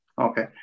Okay